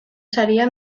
saria